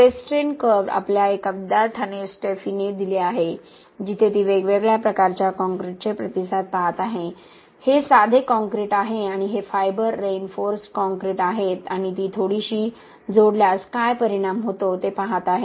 stress strain curve आपल्या एका विद्यार्थ्याने स्टेफीने दिले आहे जिथे ती वेगवेगळ्या प्रकारच्या कॉंक्रिटचे प्रतिसाद पाहत आहे हे साधे कॉंक्रिट आहे आणि हे फायबर रेइनफोर्सडकॉंक्रिट आहेत आणि ती थोडीशी जोडल्यास काय परिणाम होतो ते पहात आहे